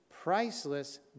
priceless